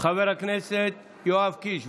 חבר הכנסת יואב קיש.